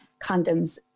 condoms